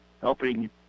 helping